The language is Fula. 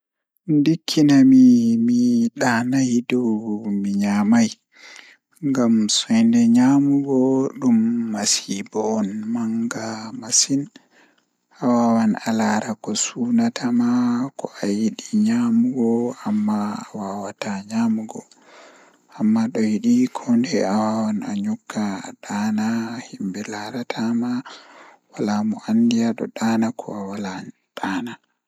So mi waawi ɗonnoogol ko mi njippa walla mi njeyna, miɗo ɗonnoo ko mi njippa. So mi waɗi njippa, mi waawi waɗde jammaaji ngal ngam mi waɗi heɓude ndokke miɗo waawii waɗde. Njippa ngal waɗa ngal, miɗo waɗi ɗum faa ngal ngal ngal eɓɓe e nga